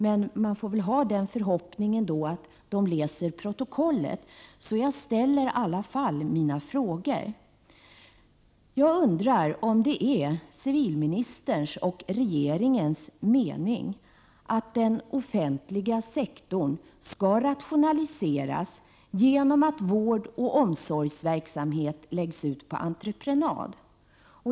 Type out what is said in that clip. Men man får väl ha den förhoppningen att regeringsledamöterna läser protokollet, så jag ställer trots allt mina frågor. Jag undrar om det är civilministerns och regeringens mening att den offentliga sektorn skall rationaliseras genom att vård och omsorgsverksamhet läggs ut på entreprenad.